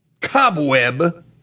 cobweb